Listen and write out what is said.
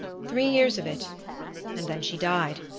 three years of it and then she died.